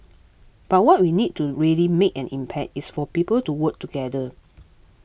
but what we need to really make an impact is for people to work together